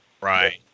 Right